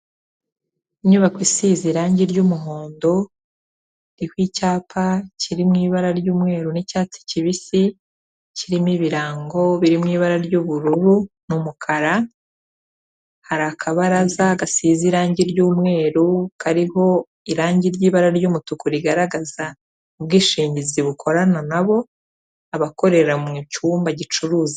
Inyubako isize irangi ry'umuhondo, iriho icyapa kiri mu ibara ry'umweru n'icyatsi kibisi, kirimo ibirango biri mu ibara ry'ubururu n'umukara, hari akabaraza gasize irangi ry'umweru kariho irangi ry'ibara ry'umutuku rigaragaza ubwishingizi bukorana nabo, abakorera mu cyumba gicuruza.